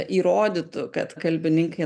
įrodytų kad kalbininkai